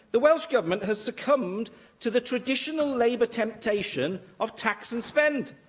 the welsh government has succumbed to the traditional labour temptation of tax and spend.